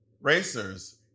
Racers